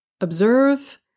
observe